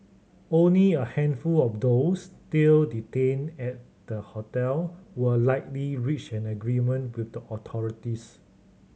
only a handful of those still detained at the hotel were likely reach an agreement with the authorities